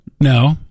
No